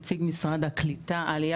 נציג משרד העלייה